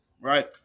right